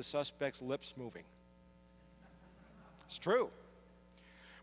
the suspects lips moving it's true